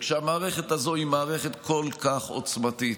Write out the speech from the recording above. וכשהמערכת הזאת היא מערכת כל כך עוצמתית,